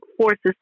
forces